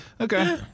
okay